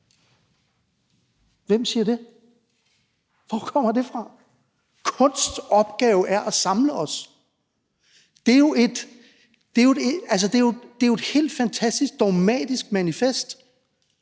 Hvem siger det? Hvor kommer det fra? Kunsts opgave er at samle os – det er jo et helt fantastisk dogmatisk manifest.